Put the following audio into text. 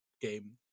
game